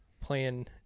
playing